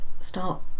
start